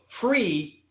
free